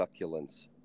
succulents